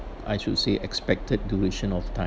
I should say expected duration of time